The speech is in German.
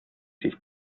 sich